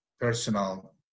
personal